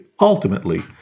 ultimately